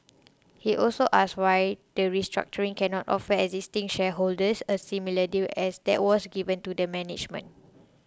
he also asked why the restructuring cannot offer existing shareholders a similar deal as that was given to the management